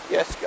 Yes